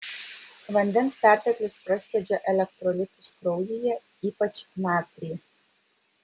vandens perteklius praskiedžia elektrolitus kraujyje ypač natrį